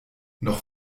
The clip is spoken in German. noch